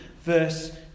verse